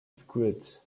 squid